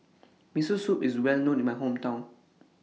Miso Soup IS Well known in My Hometown